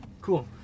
cool